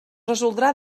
resoldrà